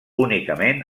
únicament